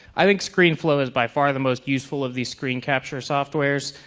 i think screenflow is by far the most useful of these screen capture softwares.